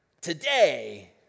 today